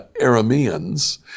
Arameans